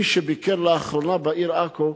מי שביקר לאחרונה בעיר עכו,